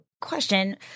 question